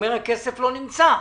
ואומר שהכסף לא נמצא.